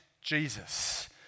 Jesus